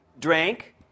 drank